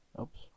oops